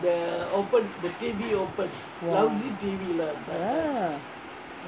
ah